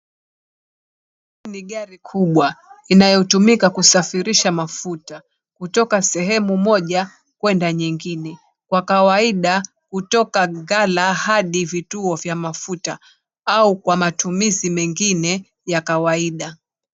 Ni gari kubwa inayotumika kusafirisha mafuta. Kutoka sehemu moja, kwenda nyingine. Kwa kawaida kutoka gala hadi vituo vya mafuta, au kwa matumizi mengine ya kawaida.